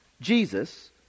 Jesus